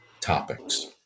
topics